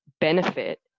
benefit